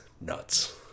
nuts